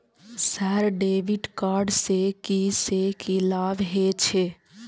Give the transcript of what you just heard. Sir debit card से की से की लाभ हे छे?